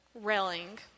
railing